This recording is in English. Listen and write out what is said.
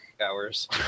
hours